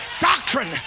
doctrine